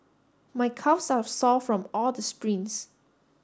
my calves are sore from all the sprints